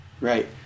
right